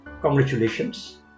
Congratulations